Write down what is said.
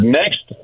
next –